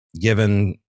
given